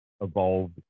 evolved